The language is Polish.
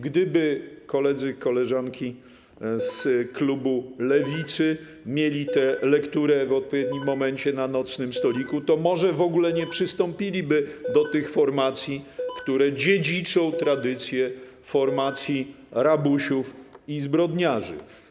Gdyby koledzy i koleżanki z klubu Lewicy mieli tę lekturę w odpowiednim momencie na nocnym stoliku, to może w ogóle nie przystąpiliby do tych formacji, które dziedziczą tradycje formacji rabusiów i zbrodniarzy.